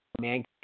man